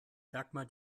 dagmar